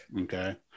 Okay